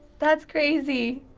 that's crazy.